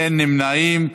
אין נמנעים.